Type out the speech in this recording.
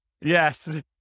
Yes